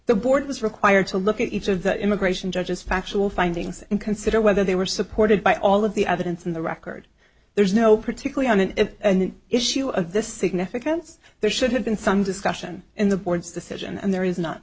the board was required to look at each of the immigration judges factual findings and consider whether they were supported by all of the other dents in the record there's no particularly on an issue of this significance there should have been some discussion in the board's decision and there is not